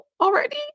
already